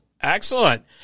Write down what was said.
Excellent